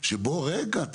שבו --- רגע,